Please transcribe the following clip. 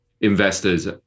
investors